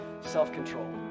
self-control